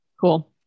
Cool